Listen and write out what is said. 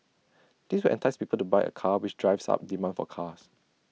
this will entice people to buy A car which drives up demand for cars